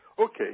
Okay